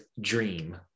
dream